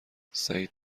سعید